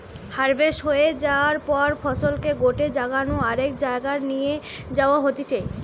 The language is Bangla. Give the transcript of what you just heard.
হাভেস্ট হয়ে যায়ার পর ফসলকে গটে জাগা নু আরেক জায়গায় নিয়ে যাওয়া হতিছে